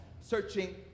searching